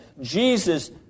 Jesus